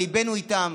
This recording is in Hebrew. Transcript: אבל ליבנו איתם